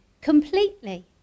completely